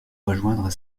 rejoindre